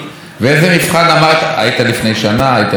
אני לא רוצה להגיד לך,